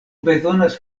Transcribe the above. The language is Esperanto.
bezonas